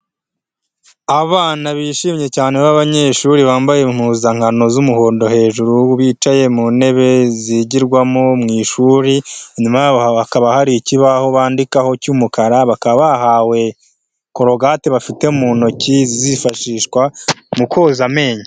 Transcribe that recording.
Abana bishimye cyane b'abanyeshuri bambaye impuzankano z'umuhondo hejuru, bicaye mu ntebe zigirwamo mu ishuri, inyuma hakaba hari ikibaho bandikaho cy'umukara, bakaba bahawe korogati bafite mu ntoki zizifashishwa mu koza amenyo.